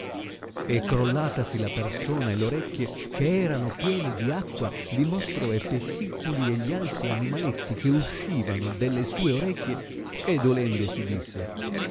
e crollatasi la persona e le orecchie che erano piene di acqua li mostrò e pesciculi e gli altri animaletti che uscivano delle sue orecchie e dolendosi disse